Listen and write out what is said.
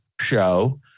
show